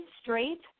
straight